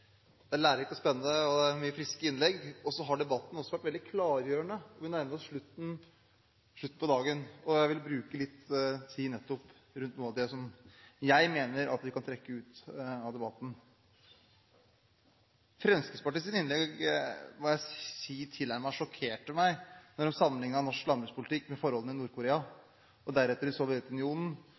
også vært veldig klargjørende. Vi nærmer oss slutten av dagen, og jeg vil bruke litt tid på noe av det jeg mener vi kan trekke ut av debatten. Fremskrittspartiets innlegg må jeg si tilnærmet sjokkerte meg da man sammenlignet norsk landbrukspolitikk med forholdene i Nord-Korea og Sovjetunionen. Man mente at det næringskomiteen har sett på i